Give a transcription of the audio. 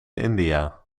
india